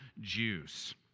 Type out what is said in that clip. Jews